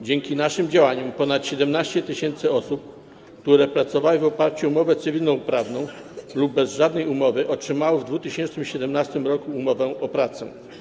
Dzięki naszym działaniom ponad 17 tys. osób, które pracowały w oparciu o umowę cywilnoprawną lub bez żadnej umowy, otrzymało w 2017 r. umowy o pracę.